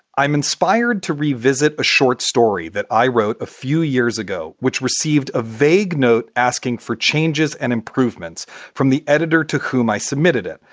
i'm inspired to revisit a short story that i wrote a few years ago, which received a vague note asking for changes and improvements from the editor to whom i submitted it,